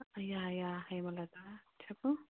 yeah yeah Hemalatha చెప్పు